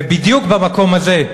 ובדיוק במקום הזה,